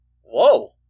whoa